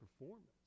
performance